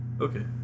Okay